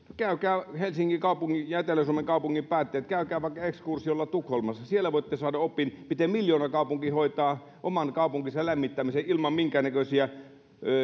helsingin kaupungin ja etelä suomen kaupunkien päättäjät käykää vaikka ekskursiolla tukholmassa siellä voitte saada opin miten miljoonakaupunki hoitaa oman kaupunkinsa lämmittämisen ilman minkäännäköisiä